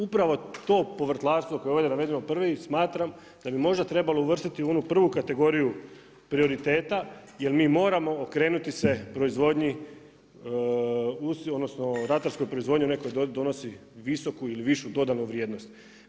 Upravo to povrtlarstvo koje ovdje navedeno prvim smatram da bi možda trebalo uvrstiti u onu prvu kategoriju prioriteta jer mi moramo okrenuti se proizvodnji ratarskoj proizvodnji, onoj koja donosi visoku ili višu dodanu vrijednost.